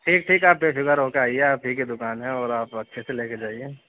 ٹھیک ٹھیک آپ بے فکر ہو کے آئیے آپ ہی کی دُکان ہے اور آپ اچھے سے لے کے جائیے